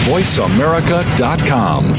VoiceAmerica.com